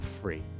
free